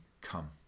come